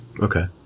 okay